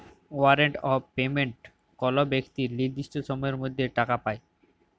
warrant of payment কল বেক্তি লির্দিষ্ট সময়ের মধ্যে টাকা পায়